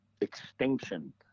extinction